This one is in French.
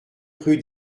rue